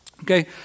Okay